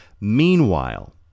Meanwhile